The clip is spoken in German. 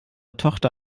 tochter